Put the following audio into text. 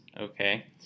Okay